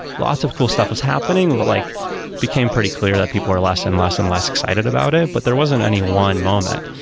lots of cool stuff was happening, but like became pretty clear that people are less and less and less excited about it. but there wasn't any one moment.